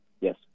Yes